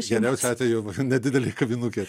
geriausiu atveju nedidelė kavinukė